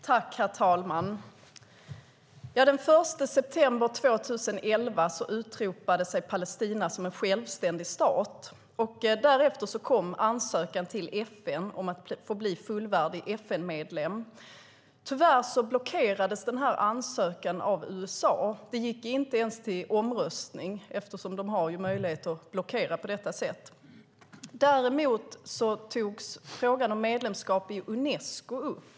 Herr talman! Den 1 september 2011 utropade sig Palestina som en självständig stat. Därefter kom ansökan till FN om att få bli fullvärdig FN-medlem. Tyvärr blockerades ansökan av USA. Det gick inte ens till omröstning eftersom de har möjlighet att blockera. Däremot togs frågan om medlemskap i Unesco upp.